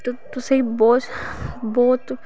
तुसें बहुत बहुत